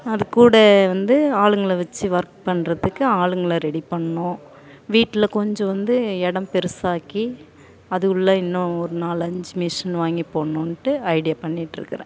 அது கூட வந்து ஆளுங்களை வச்சு வொர்க் பண்ணுறதுக்கு ஆளுங்களை ரெடி பண்ணணும் வீட்டில் கொஞ்சம் வந்து இடம் பெரிசாக்கி அது உள்ளே இன்னும் ஒரு நாலஞ்சு மிஷின் வாங்கி போடணுன்ட்டு ஐடியா பண்ணிட்டு இருக்கிறேன்